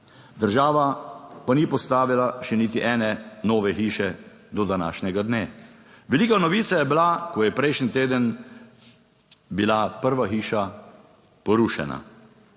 država pa ni postavila še niti ene nove hiše do današnjega dne. Velika novica je bila, ko je prejšnji teden bila prva hiša porušena.